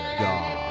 god